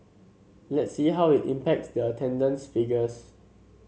let's see how it impacts the attendance figures